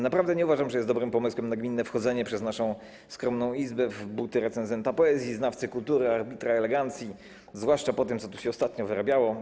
Naprawdę nie uważam, że jest dobrym pomysłem nagminne wchodzenie przez naszą skromną Izbę w buty recenzenta poezji, znawcy kultury, arbitra elegancji, zwłaszcza po tym, co tu się ostatnio wyrabiało.